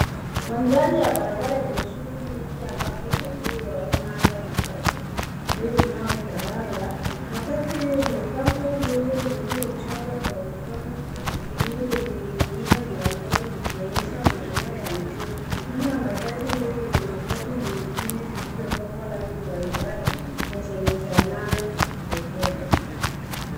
Mandhari ya barabara yenye shughuli nyingi ambapo usafiri wa umma hasa matatu ndio unaotawala. Matatu hio ina pambo ndogo lililochorwa kwa mikono lililoning'inia mlangoni likionyesha maeneo ya njia. Nyuma ya matatu hio kuna matatu nyingine zilizopakwa rangi mbalimbali na zenye sanaa za kipekee.